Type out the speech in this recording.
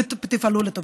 ותפעלו לטובתו.